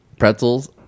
pretzels